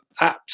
apps